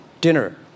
dinner